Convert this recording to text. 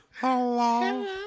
Hello